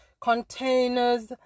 containers